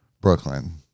Brooklyn